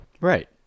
right